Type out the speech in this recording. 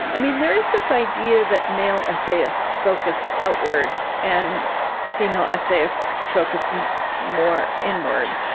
i mean, there is this idea that male essayists focus outward and female essayists focus more inward,